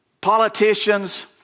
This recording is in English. Politicians